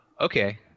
Okay